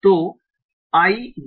तो i